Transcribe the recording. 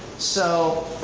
so,